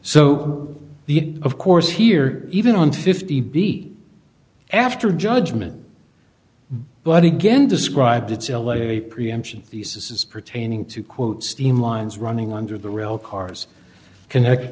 the of course here even on fifty b after judgment but again described it sell a preemption thesis as pertaining to quote steam lines running under the rail cars connect